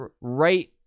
right